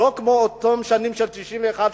לא כמו אותן שנים של 1984,